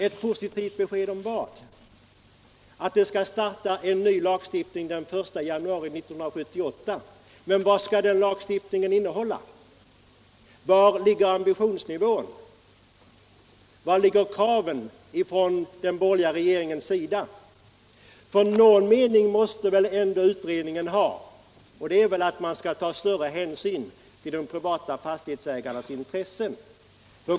Ett positivt besked om vad? Är det ett besked om att en ny lagstiftning skall träda i kraft den 1 januari 1978? — Men vad skall den lagstiftningen innehålla? Var ligger ambitionsnivån? Vilka är kraven från den borgerliga regeringens sida? Någon mening måste ändå utredningen ha — och det blir väl då att man skall ta större hänsyn till de privata fastighetsägarnas intressen.